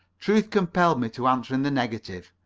truth compelled me to answer in the negative.